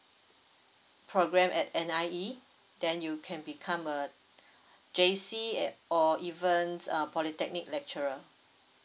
program at N_I_E then you can become uh J_C at or even uh polytechnic lecturer